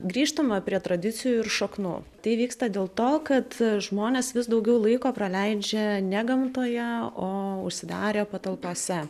grįžtama prie tradicijų ir šaknų tai įvyksta dėl to kad žmonės vis daugiau laiko praleidžia ne gamtoje o užsidarę patalpose